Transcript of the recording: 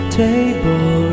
table